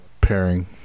pairing